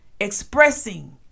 expressing